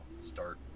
start